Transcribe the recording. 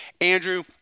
Andrew